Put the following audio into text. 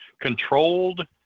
controlled